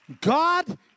God